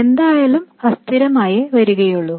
എന്തായാലും അതും അസ്ഥിരമായെ വരികയുള്ളൂ